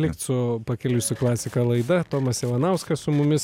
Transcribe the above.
likt su pakeliui su klasika laida tomas ivanauskas su mumis